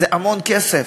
זה המון כסף.